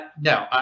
No